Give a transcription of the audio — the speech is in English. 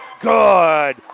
Good